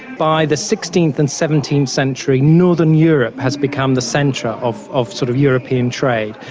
by the sixteenth and seventeenth century, northern europe has become the centre of of sort of european trade,